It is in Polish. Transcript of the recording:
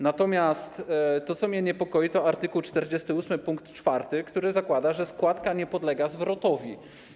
Natomiast to, co mnie niepokoi, to art. 48 pkt 4, który zakłada, że składka nie podlega zwrotowi.